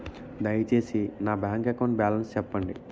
దయచేసి నా bank account balance చెప్పండి